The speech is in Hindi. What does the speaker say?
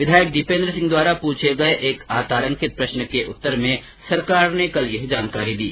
विधायक दीपेन्द्र सिंह द्वारा पूछे गए एक अतारांकित प्रष्न के उत्तर में सरकार ने कल यह जानकारी दी